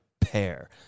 pair